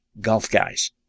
golfguys